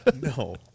no